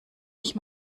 ich